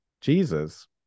Jesus